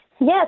Yes